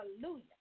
hallelujah